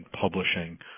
publishing